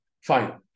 Fine